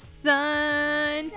sun